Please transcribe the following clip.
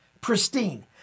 pristine